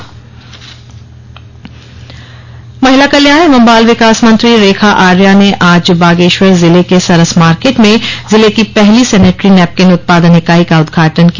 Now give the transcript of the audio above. उदघाटन महिला कल्याण एवं बाल विकास मंत्री रेखा आर्या ने आज बागेश्वर जिले के सरस मार्केट में जिले की पहली सैनिटरी नैपकिन उत्पादन इकाई का उदघाटन किया